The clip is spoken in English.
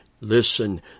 listen